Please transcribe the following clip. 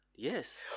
Yes